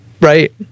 Right